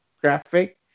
Graphic